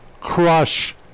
Crush